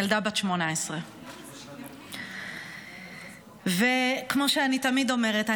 ילדה בת 18. כמו שאני תמיד אומרת,